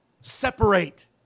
Separate